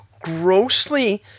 grossly